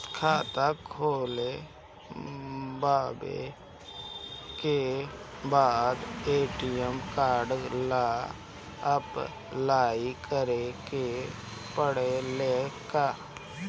खाता खोलबाबे के बाद ए.टी.एम कार्ड ला अपलाई करे के पड़ेले का?